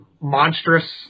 monstrous